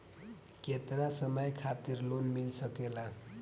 केतना समय खातिर लोन मिल सकेला?